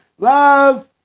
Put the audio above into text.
Love